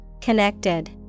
Connected